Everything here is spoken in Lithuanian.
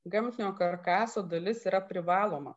gamtinio karkaso dalis yra privaloma